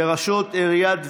לרשות עיריית וינה,